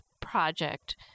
Project